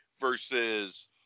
versus –